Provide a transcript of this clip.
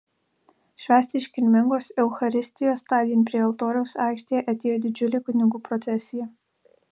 švęsti iškilmingos eucharistijos tądien prie altoriaus aikštėje atėjo didžiulė kunigų procesija